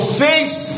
face